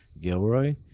Gilroy